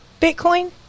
bitcoin